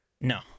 No